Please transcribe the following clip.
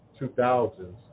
2000s